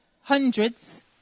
Hundreds